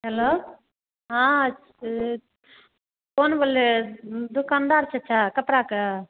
hello हाँ कौन बोल रहे दुकानदार चचा कपड़ा का